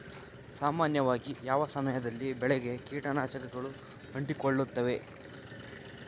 ಸಾಮಾನ್ಯವಾಗಿ ಯಾವ ಸಮಯದಲ್ಲಿ ಬೆಳೆಗೆ ಕೇಟನಾಶಕಗಳು ಅಂಟಿಕೊಳ್ಳುತ್ತವೆ?